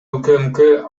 укмк